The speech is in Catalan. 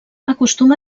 acostuma